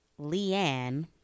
Leanne